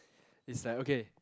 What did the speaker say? is like okay